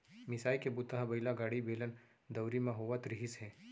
मिसाई के बूता ह बइला गाड़ी, बेलन, दउंरी म होवत रिहिस हे